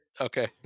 Okay